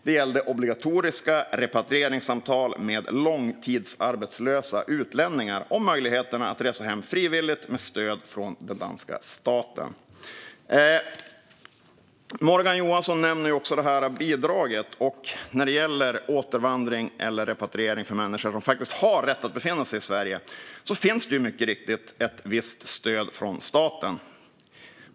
Det gällde obligatoriska repatrieringssamtal med långtidsarbetslösa utlänningar om möjligheterna att resa hem frivilligt med stöd från den danska staten. Morgan Johansson nämnde ett bidrag. När det gäller återvandring, eller repatriering, för människor som faktiskt har rätt att befinna sig i Sverige finns det mycket riktigt ett visst stöd från staten.